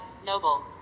Noble